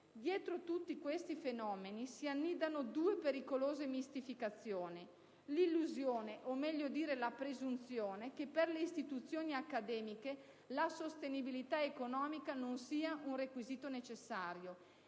Dietro tutti questi fenomeni si annidano due pericolose mistificazioni: l'illusione, o per meglio dire la presunzione, che per le istituzioni accademiche la sostenibilità economica non sia un requisito necessario